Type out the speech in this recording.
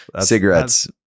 cigarettes